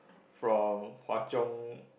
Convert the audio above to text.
from Hwa-Chong